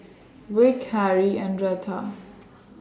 Vick Harrie and Retha